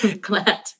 glad